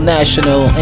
National